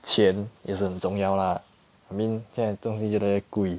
钱也是很重要 lah I mean 现在的东西越来越贵